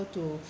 to